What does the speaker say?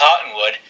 Cottonwood